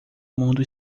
mundo